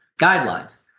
guidelines